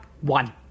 one